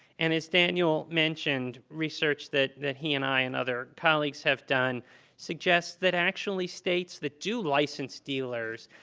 and as daniel mentioned, research that that he and i and other colleagues have done suggests that actually states that do license dealers,